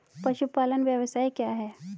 पशुपालन व्यवसाय क्या है?